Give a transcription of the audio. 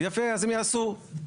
יפה, אז הם יעשו.